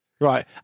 Right